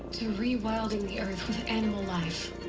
to re-wilding the earth with animal life.